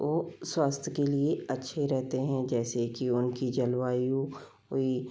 वो स्वास्थ्य के लिए अच्छे रहते हैं जैसे कि उनकी जलवायु हुई